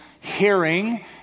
hearing